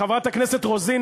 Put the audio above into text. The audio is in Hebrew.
וחברת הכנסת רוזין,